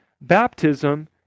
baptism